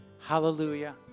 Hallelujah